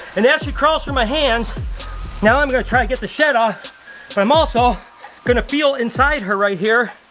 and as she crawls through my hands now i'm gonna try and get the shed off, but i'm also gonna feel inside her right here,